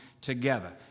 together